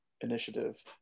initiative